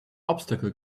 obstacle